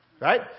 right